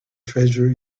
treasure